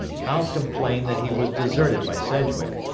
howe complained that he was deserted by sedgwick,